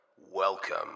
Welcome